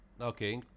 okay